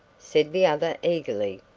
said the other eagerly.